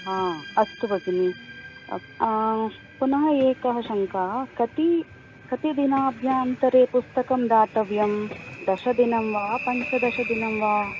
अस्तु भगिनी अस् पुनः एकः शङ्का कति कति दिनाभ्यन्तरे पुस्तकं दातव्यं दशदिनं वा पञ्चदशदिनं वा